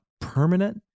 permanent